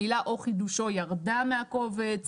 המילה "או חידושו" ירדה מהקובץ.